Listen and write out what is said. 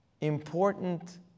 important